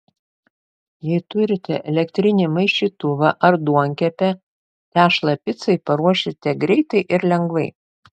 jei turite elektrinį maišytuvą ar duonkepę tešlą picai paruošite greitai ir lengvai